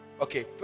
okay